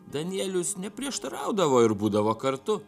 danielius neprieštaraudavo ir būdavo kartu